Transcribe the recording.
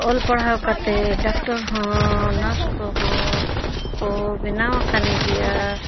ᱚᱞ ᱯᱟᱲᱦᱟᱣ ᱠᱟᱛᱮᱫ ᱰᱟᱠᱴᱚᱨ ᱦᱚᱸ ᱱᱟᱨᱥ ᱠᱚᱦᱚᱸ ᱠᱚ ᱵᱮᱱᱟᱣ ᱟᱠᱟᱱ ᱜᱮᱭᱟ